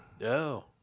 No